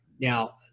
Now